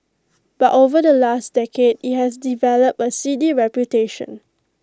but over the last decade IT has developed A seedy reputation